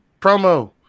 promo